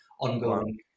ongoing